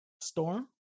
Storm